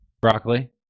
broccoli